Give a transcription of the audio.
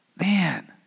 Man